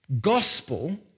gospel